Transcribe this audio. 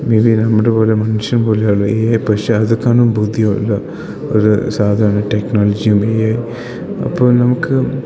ഇത് നമ്മുടെ പോലെ മനുഷ്യൻ പോലെ ഉള്ളൂ എ ഐ പക്ഷേ അതേക്കാളും ബുദ്ധിയുള്ള ഒരു സാധനമാണ് ടെക്നോളജിയും എഐയും അപ്പോൾ നമുക്ക്